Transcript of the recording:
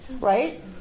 right